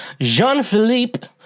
Jean-Philippe